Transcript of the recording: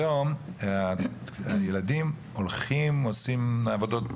היום הילדים הולכים ועושים עבודות